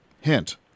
Hint